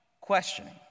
questioning